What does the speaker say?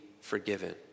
forgiven